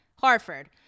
Harford